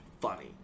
funny